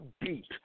beat